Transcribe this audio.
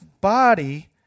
body